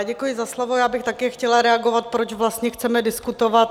Děkuji za slovo, já bych také chtěla reagovat, proč vlastně chceme diskutovat.